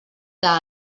que